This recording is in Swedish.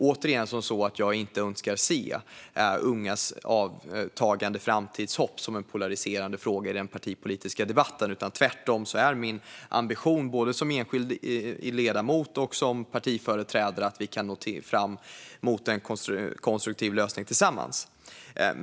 Återigen: Jag önskar inte se ungas avtagande framtidshopp som en polariserande fråga i den partipolitiska debatten. Tvärtom är min ambition både som enskild ledamot och som partiföreträdare att vi kan nå fram till en konstruktiv lösning tillsammans.